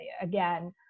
again